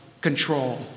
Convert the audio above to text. control